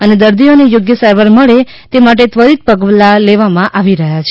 અને દર્દીઓને યોગ્ય સારવાર મળે તે માટે ત્વરિત પગલાં લેવામાં આવી રહ્યા છે